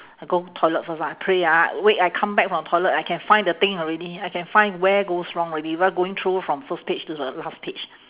I go toilet first ah pray ah wait I come back from toilet I can find the thing already I can find where goes wrong already without going through from the first page to the last page